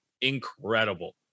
incredible